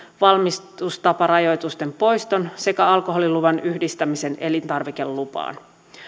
valmistustaparajoitusten poiston sekä alkoholiluvan yhdistämisen elintarvikelupaan